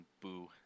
boo